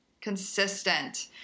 Consistent